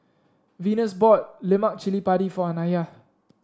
Venus bought Lemak Cili Padi for Anaya